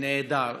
נהדר.